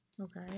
Okay